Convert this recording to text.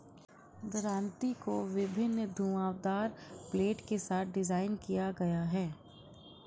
दरांती को विभिन्न घुमावदार ब्लेड के साथ डिज़ाइन किया गया है